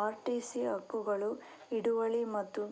RTC ಹಕ್ಕುಗಳು ಹಿಡುವಳಿ ಮತ್ತು